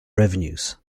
revenues